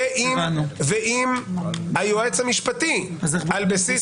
אם היועץ המשפטי, על בסיס